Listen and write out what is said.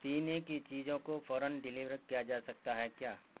پینے کی چیزوں کو فوراََ ڈیلیور کیا جا سکتا ہے کیا